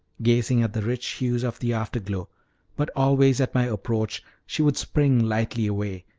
gazing at the rich hues of the afterglow but always at my approach she would spring lightly away,